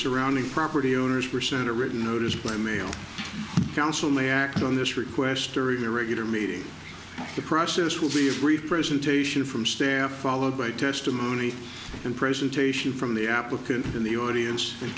surrounding property owners were sent a written notice by mail council may act on this request during the regular meeting the process will be brief presentation from staff followed by testimony and presentation from the applicant in the audience